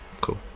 cool